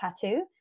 tattoo